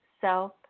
self